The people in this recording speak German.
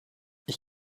ich